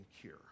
cure